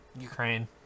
Ukraine